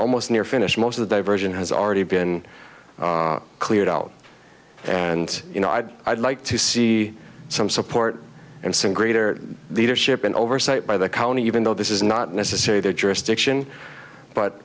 almost near finished most of the diversion has already been cleared out and you know i'd i'd like to see some support and some greater leadership and oversight by the county even though this is not necessary their jurisdiction but